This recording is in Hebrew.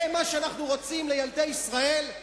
זה מה שאנחנו רוצים לילדי ישראל,